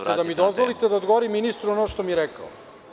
Hoćete da mi dozvolite da odgovorim ministru na ono što mi je rekao.